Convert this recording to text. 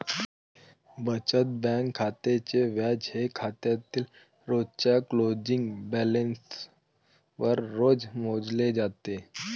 बचत बँक खात्याचे व्याज हे खात्यातील रोजच्या क्लोजिंग बॅलन्सवर रोज मोजले जाते